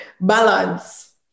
balance